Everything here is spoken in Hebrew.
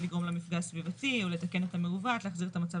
לגרום למפגע הסביבתי או לתקן את המעוות ולהחזיר את המצב